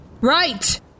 Right